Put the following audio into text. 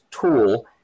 tool